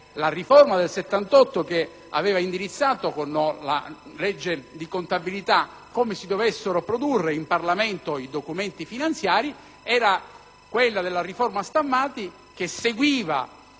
La riforma del 1978 che aveva indirizzato, con la legge di contabilità, le modalità di produzione in Parlamento dei documenti finanziari era la cosiddetta riforma Stammati, che seguiva